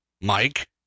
Mike